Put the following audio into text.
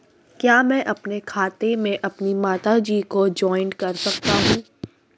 क्या मैं अपने खाते में अपनी माता जी को जॉइंट कर सकता हूँ?